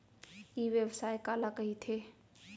ई व्यवसाय काला कहिथे?